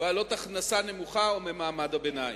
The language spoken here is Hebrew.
בעלות הכנסה נמוכה או ממעמד הביניים.